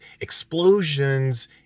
explosions